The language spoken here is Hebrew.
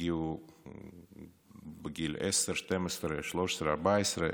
שהגיעו בגיל 10, 12, 13, 14,